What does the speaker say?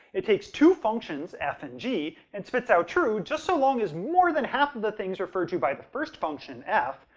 it takes two functions, f and g, and spits out true just so long as more than half of the things referred to by the first function, f,